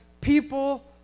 people